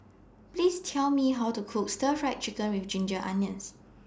Please Tell Me How to Cook Stir Fried Chicken with Ginger Onions